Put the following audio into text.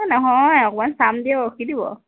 এ নহয় অকণমান চাম দিয়ক ৰখি দিব